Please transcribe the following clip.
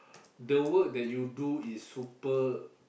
the work that you do is super